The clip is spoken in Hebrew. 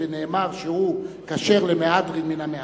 אוכל, ונאמר שהוא כשר למהדרין מן המהדרין,